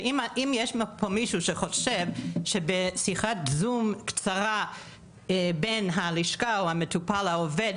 אם יש פה מישהו שחושב שבשיחת זום קצרה בין הלשכה או המטופל לעובד,